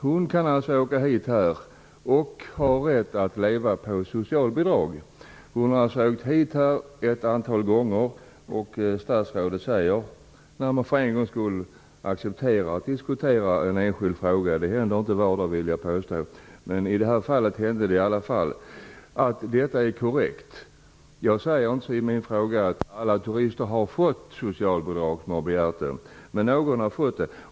Men hustrun kan åka hit och har rätt att leva på socialbidrag. Hon har åkt hit till Sverige ett antal gånger. Statsrådet säger - för en gångs skull accepteras att en fråga i ett enskilt ärende diskuteras och det händer inte varje dag, vill jag påstå - att det i det här fallet skulle vara korrekt. Jag säger inte i min fråga att alla turister som begärt socialbidrag har fått det, men några har fått det.